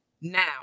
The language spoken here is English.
now